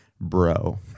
bro